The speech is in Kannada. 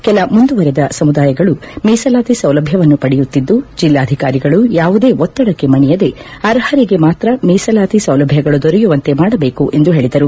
ಕೆಲ ಮುಂದುವರೆದ ಸಮುದಾಯಗಳು ಮೀಸಲಾತಿ ಸೌಲಭ್ಯವನ್ನು ಪಡೆಯುತ್ತಿದ್ದು ಜಿಲ್ಲಾಧಿಕಾರಿಗಳು ಯಾವುದೇ ಒತ್ತಡಕ್ಕೆ ಮಣಿಯದೇ ಅರ್ಹರಿಗೆ ಮಾತ್ರ ಮೀಸಲಾತಿ ಸೌಲಭ್ಯಗಳು ದೊರೆಯುವಂತೆ ಮಾಡಬೇಕು ಎಂದು ಹೇಳದರು